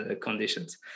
conditions